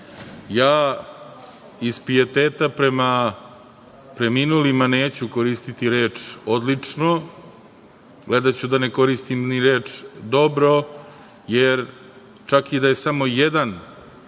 iz pijeteta prema preminulima neću koristiti reč – odlično, gledaću da ne koristim ni reč dobro, jer čak i da je samo jedan